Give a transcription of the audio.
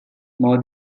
more